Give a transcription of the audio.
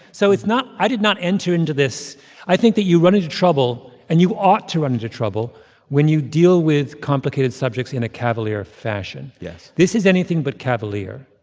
so it's not i did not enter into this i think that you run into trouble and you ought to run into trouble when you deal with complicated subjects in a cavalier fashion yes this is anything but cavalier.